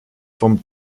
vom